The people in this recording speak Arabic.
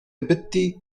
بتي